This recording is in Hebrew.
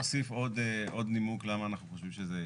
אני רק אוסיף עוד נימוק למה אנחנו חושבים שזה